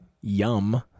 Yum